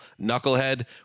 knucklehead